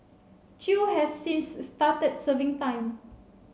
chew has since started serving time